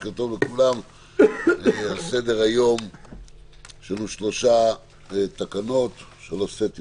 יש שלוש תקנות על סדר היום.